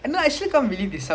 then